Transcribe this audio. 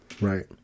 right